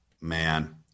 Man